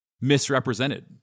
misrepresented